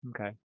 Okay